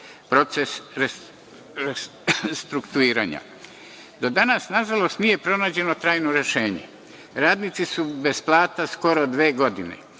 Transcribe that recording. proces restrukturiranja. Do danas, nažalost, nije pronađeno trajno rešenje. Radnici su bez plata skoro dve godine.